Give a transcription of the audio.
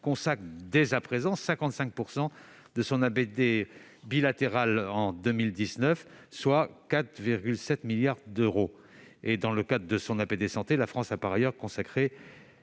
consacre dès à présent 55 % de l'APD bilatérale en 2019, soit 4,7 milliards d'euros. Dans le cadre de l'APD « santé », la France a par ailleurs consacré